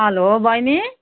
hello बहिनी